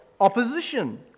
opposition